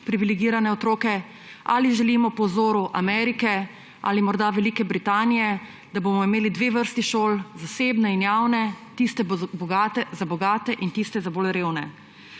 privilegirane otroke, ali želimo po vzoru Amerike ali morda Velike Britanije, da bomo imeli dve vrsti šol, zasebne in javne, tiste za bogate in tiste za bolj revne?